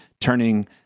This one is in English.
turning